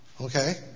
Okay